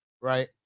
right